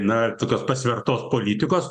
na tokios pasvertos politikos